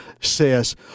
says